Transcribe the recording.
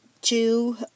two